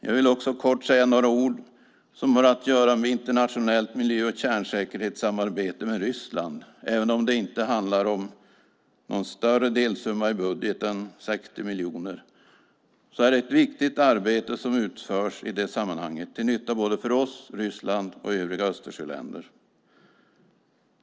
Jag vill säga några ord om internationellt miljö och kärnsäkerhetssamarbete med Ryssland. Även om det inte handlar om någon stor delsumma i budgeten, 60 miljoner kronor, är det ett viktigt arbete som utförs i det sammanhanget till nytta för oss, Ryssland och för övriga Östersjöländer.